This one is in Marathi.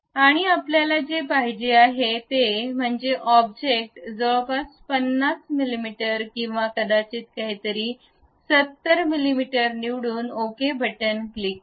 आणि आपल्याला जे पाहिजे आहे ते म्हणजे ऑब्जेक्ट जवळपास 50 मिमी किंवा कदाचित काहीतरी 70 मिमी निवडून ओके बटन क्लिक करा